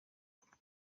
bikorwa